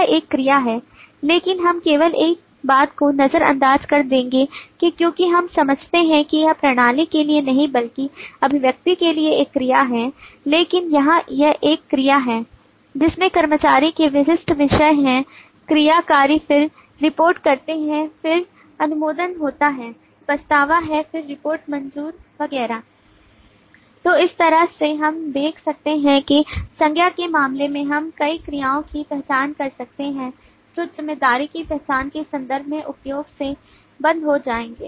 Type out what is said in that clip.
यह एक क्रिया है लेकिन हम केवल इस बात को नजर अंदाज कर देंगे कि क्योंकि हम समझते हैं कि यह प्रणाली के लिए नहीं बल्कि अभिव्यक्ति के लिए एक क्रिया है लेकिन यहां एक क्रिया है जिसमें कर्मचारी के विशिष्ट विषय हैं क्रिया कार्य फिर रिपोर्ट करते हैं फिर अनुमोदन होता है पछतावा है फिर रिपोर्ट मंजूर वगैरह तो इस तरह से हम देख सकते हैं कि संज्ञा के मामले में हम कई क्रियाओं की पहचान कर सकते हैं जो जिम्मेदारी की पहचान के संदर्भ में उपयोग से बंद हो जाएंगे